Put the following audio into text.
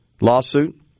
lawsuit